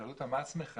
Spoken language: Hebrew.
שאלו אותה למה היא שמחה.